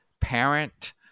parent